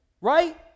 Right